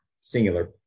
singular